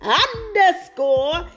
underscore